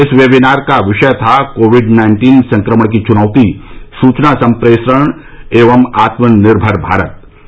इस वेबिनार का विषय था कोविड नाइन्टीन संक्रमण की चुनौती सूचना सम्प्रेषण एवं आत्मनिर्भर भारत